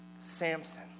Samson